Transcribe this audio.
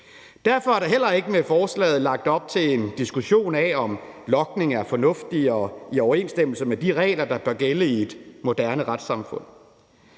Derfor er der heller ikke med forslaget lagt op til en diskussion af, om logning er fornuftigt og i overensstemmelse med de regler, der bør gælde i et moderne retssamfund.